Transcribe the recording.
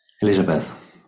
Elizabeth